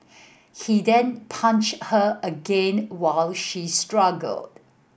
he then punched her again while she struggled